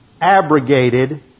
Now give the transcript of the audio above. abrogated